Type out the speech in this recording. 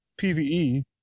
PVE